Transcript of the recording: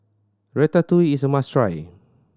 Ratatouille is a must try